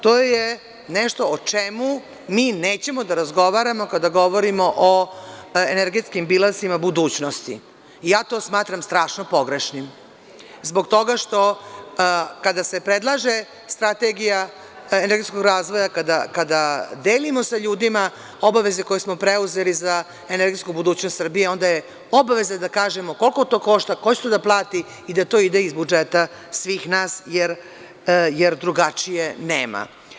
To je nešto o čemu mi nećemo da razgovaramo kada govorimo o energetskim bilansima budućnosti i ja to smatram strašno pogrešnim zbog toga što kada se predlaže Strategija energetskog razvoja, kada delimo sa ljudima obaveze koje smo preuzeli za energetsku budućnost Srbije, onda je obaveza da kažemo koliko to košta, ko će to da plati i da to ide iz budžeta svih nas, jer drugačije nema.